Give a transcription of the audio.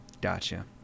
Gotcha